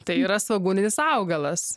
tai yra svogūninis augalas